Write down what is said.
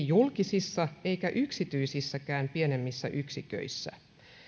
julkisissa eivätkä yksityisissäkään pienemmissä yksiköissä